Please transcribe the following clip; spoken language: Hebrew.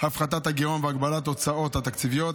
הפחתת הגירעון והגבלת ההוצאה התקציבית,